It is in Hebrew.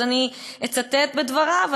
אז אני אצטט מדבריו.